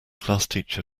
classteacher